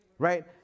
Right